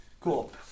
cool